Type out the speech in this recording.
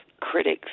critics